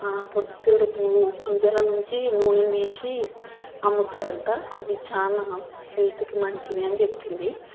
పొద్దుతిరుగుడుపువ్వు గింజలనుంచి నూనెను తీసి అమ్ముతారంట అవి చాలా హెల్త్కి మంచిదీ అని చెప్పింది